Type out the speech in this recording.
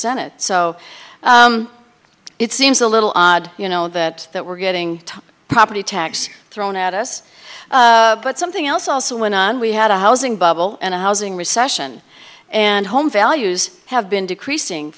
senate so it seems a little odd you know that that we're getting the property tax thrown at us but something else also went on we had a housing bubble and a housing recession and home values have been decreasing